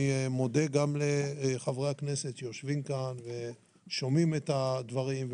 אני מודה גם לחברי הכנסת שיושבים כאן ושומעים את הדברים,